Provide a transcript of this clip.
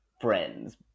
friends